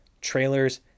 trailers